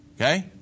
Okay